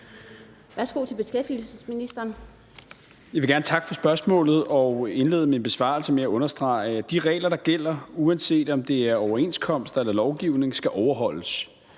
Værsgo til beskæftigelsesministeren.